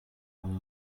unu